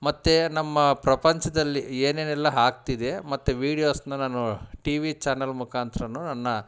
ಮತ್ತು ನಮ್ಮ ಪ್ರಪಂಚದಲ್ಲಿ ಏನೇನೆಲ್ಲ ಆಗ್ತಿದೆ ಮತ್ತು ವೀಡಿಯೋಸನ್ನ ನಾನು ಟಿ ವಿ ಚಾನೆಲ್ ಮುಖಾಂತರನೂ ನನ್ನ